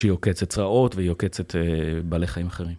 שהיא עוקצת צרעות והיא עוקצת אה... בעלי חיים אחרים.